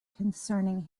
concerning